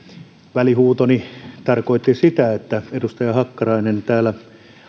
välihuutoni tarkoitti sitä että edustaja hakkarainen täällä